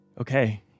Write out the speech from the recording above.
okay